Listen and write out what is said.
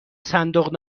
صندوق